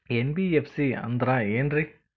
NBFC ಅಂದ್ರ ಏನ್ರೀ?